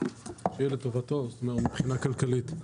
שיהיה לטובתו מבחינה כלכלית.